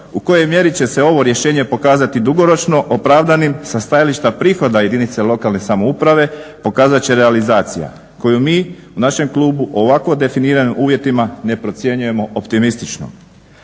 u kojoj mjeri će se ovo rješenje pokazati dugoročno opravdanim sa stajališta prihoda jedinice lokalne samouprave pokazat će realizacija koju mi u našem klubu u ovako definiranim uvjetima ne procjenjujemo optimistično.